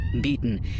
Beaten